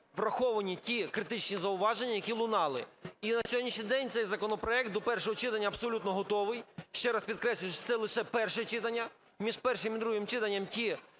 враховані ті критичні зауваження, які лунали, і на сьогоднішній день цей законопроект до першого читання абсолютно готовий, ще раз підкреслюю, що це лише перше читання. Між першим і другим читанням є